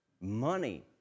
money